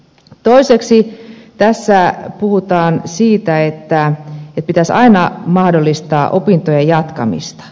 toiseksi tässä puhutaan siitä että pitäisi aina mahdollistaa opintojen jatkaminen